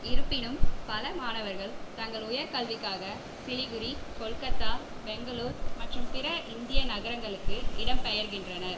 இருப்பினும் பல மாணவர்கள் தங்கள் உயர்கல்விக்காக சிலிகுரி கொல்கத்தா பெங்களூர் மற்றும் பிற இந்திய நகரங்களுக்கு இடம்பெயர்கின்றனர்